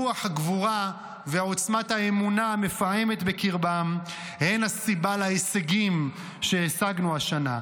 רוח הגבורה ועוצמת האמונה המפעמת בקרבם הם הסיבה להישגים שהשגנו השנה.